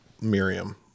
Miriam